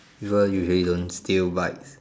people usually don't steal bikes